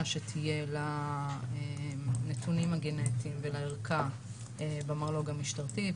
שתהיה לנתונים הגנטיים ולערכה במרלו"ג המשטרתי,